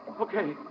Okay